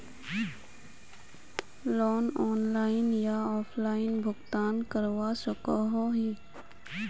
Loan online या offline भुगतान करवा सकोहो ही?